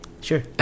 sure